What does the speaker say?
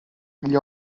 gli